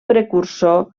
precursor